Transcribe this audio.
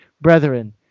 brethren